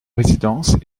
résidence